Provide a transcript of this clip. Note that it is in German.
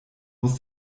muss